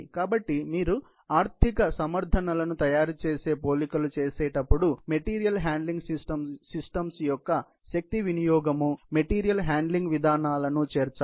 కాబట్టి మీరు ఆర్థిక సమర్థనలను తయారుచేసే పోలికలు చేసేటప్పుడు మెటీరియల్ హ్యాండ్లింగ్ సిస్టమ్స్ యొక్క శక్తి వినియోగం మెటీరియల్ హ్యాండ్లింగ్ విధానాలను చేర్చాలి